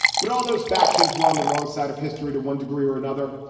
but all those factions were on the wrong side of history to one degree or another.